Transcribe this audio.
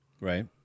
right